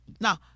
Now